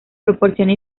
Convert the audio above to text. proporciona